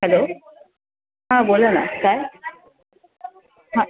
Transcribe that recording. hello हां बोला ना काय हां